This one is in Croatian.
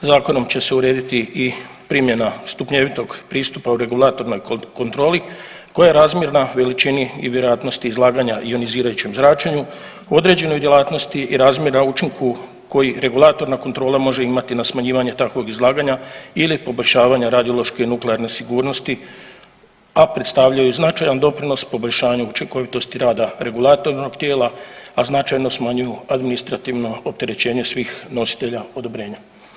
Zakonom će se urediti i primjena stupnjevitog pristupa u regulatornoj kontroli koja je razmjerna veličini i vjerojatnosti izlaganja ionizirajućem zračenju, određenoj djelatnosti i razmjerna učinku koji regulatorna kontrola može imati na smanjivanje takvog izlaganja ili poboljšavanja radiološke i nuklearne sigurnosti, a predstavljaju značajan doprinos poboljšanju učinkovitosti rada regulatornog tijela, a značajno smanjuju administrativno opterećenje svih nositelja odobrenja.